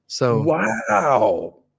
Wow